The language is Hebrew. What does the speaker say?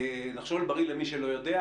"נחשול בריא" - למי שלא יודע,